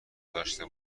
نداشته